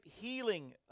healing